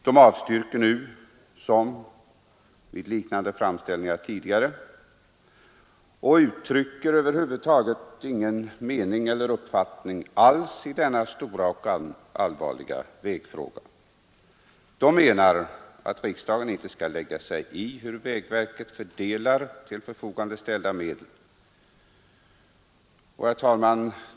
Det avstyrker nu som vid liknande framställningar tidigare och uttrycker över huvud taget inte någon uppfattning alls i denna stora och allvarliga vägfråga. Utskottet menar att riksdagen inte skall lägga sig i hur vägverket fördelar till förfogande ställda medel. Herr talman!